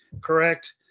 correct